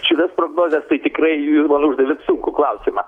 šitas prognozes tai tikrai man uždavėt sunkų klausimą